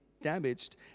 damaged